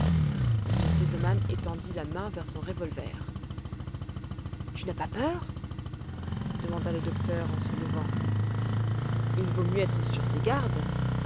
m r sesemann étendit la main vers son revolver tu n'as pas peur demanda le docteur en se levant il vaut mieux être sur ses gardes